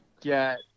get